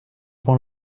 one